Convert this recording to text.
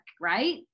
right